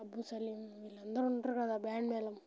అబ్బు సలీం వీళ్ళందరు ఉంటారు కదా బ్యాండ్ మేళం